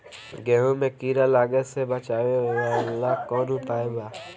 गेहूँ मे कीड़ा लागे से बचावेला कौन उपाय बा?